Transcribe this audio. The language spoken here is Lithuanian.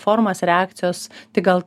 formas reakcijos tik gal